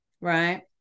Right